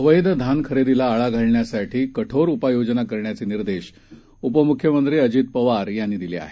अवैधधानखरेदीलाआळाघालण्यासाठीकठोरउपाययोजनाकरण्याचेनिर्देशउपम्ख्यमंत्रीअजितपवारयांनीदिले आहेत